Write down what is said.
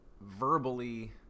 verbally